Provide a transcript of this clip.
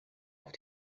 auf